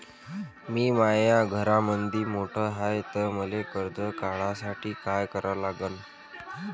मी माया घरामंदी मोठा हाय त मले कर्ज काढासाठी काय करा लागन?